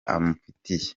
amufitiye